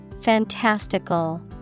Fantastical